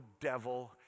devil